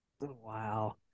Wow